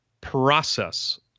process